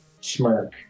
smirk